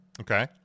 Okay